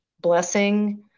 blessing